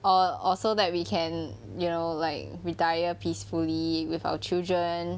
or or so that we can you know like retire peacefully with our children